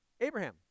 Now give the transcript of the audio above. Abraham